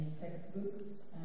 textbooks